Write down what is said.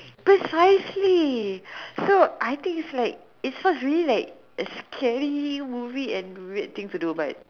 precisely so I think is like is sounds really like a scary movie and a weird thing to do but